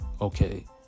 Okay